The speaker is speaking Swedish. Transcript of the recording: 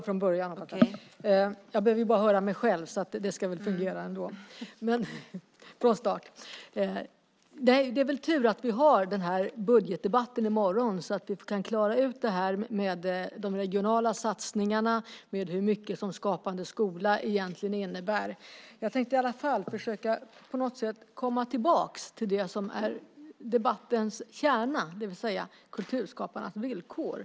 Fru talman! Det är tur att vi har en budgetdebatt i morgon så att vi kan klara ut detta med de regionala satsningarna och vad Skapande skola egentligen innebär. Jag tänkte på något sätt försöka komma tillbaka till det som är debattens kärna, det vill säga kulturskaparnas villkor.